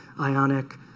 Ionic